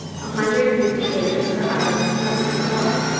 a hundred and fifty acres of the island are planted to corn,